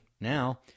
now